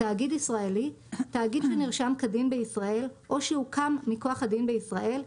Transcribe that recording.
"תאגיד ישראלי" תאגיד שנרשם כדין בישראל או שהוקם מכוח הדין בישראל,